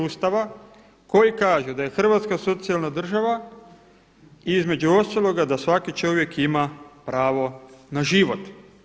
Ustava koji kaže da je Hrvatska socijalna država i između ostaloga da svaki čovjek ima pravo na život.